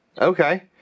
Okay